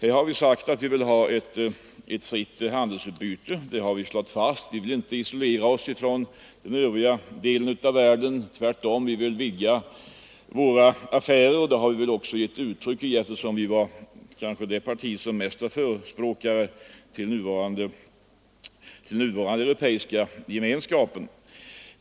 Vi har slagit fast att vi vill ha ett fritt handelsutbyte. Vi vill inte isolera oss från den övriga delen av världen. Tvärtom vill vi vidga Sveriges affärsförbindelser — det har vi också visat, eftersom vårt parti kanske var den starkaste förespråkaren här hemma för den nuvarande europeiska gemenskapen.